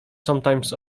sometimes